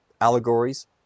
allegories